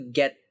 get